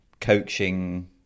coaching